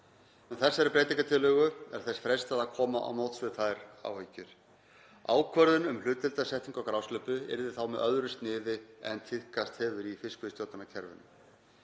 þessari breytingartillögu er þess freistað að koma á móts við þær áhyggjur. Ákvörðun um hlutdeildarsetningu á grásleppu yrði þá með öðru sniði en tíðkast hefur í fiskveiðistjórnarkerfinu.